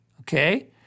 okay